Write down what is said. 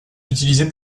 utilisée